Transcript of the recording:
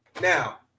Now